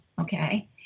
Okay